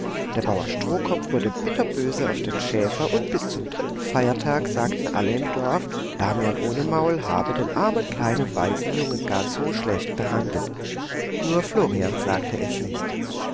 der bauer strohkopf wurde bitterböse auf den schäfer und bis zum dritten feiertag sagten alle im dorf damian ohne maul habe den armen kleinen waisenjungen gar so schlecht behandelt nur florian sagte es nicht